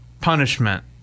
punishment